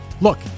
Look